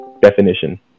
Definition